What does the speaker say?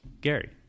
Gary